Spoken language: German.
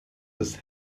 das